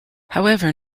however